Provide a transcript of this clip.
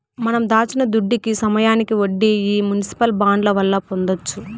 మనం దాచిన దుడ్డుకి సమయానికి వడ్డీ ఈ మునిసిపల్ బాండ్ల వల్ల పొందొచ్చు